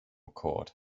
chord